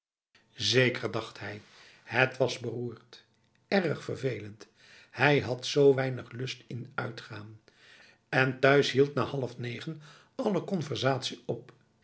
zeker dacht hij het was beroerd erg vervelend hij had zo weinig lust in uitgaan en thuis hield na half negen alle conversatie op